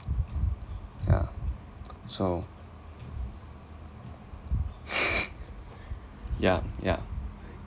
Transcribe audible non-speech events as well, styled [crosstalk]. [noise] yeah [noise] so [noise] [laughs] yeah yeah